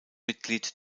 mitglied